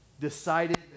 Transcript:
decided